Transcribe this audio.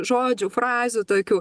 žodžių frazių tokių